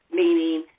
meaning